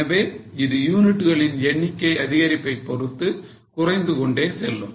எனவே இது யூனிட்டுகளின் எண்ணிக்கை அதிகரிப்பதைப் பொறுத்து குறைந்து கொண்டே செல்லும்